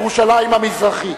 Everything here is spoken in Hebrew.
ירושלים המזרחית.